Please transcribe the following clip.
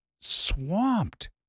swamped